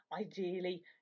Ideally